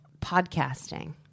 podcasting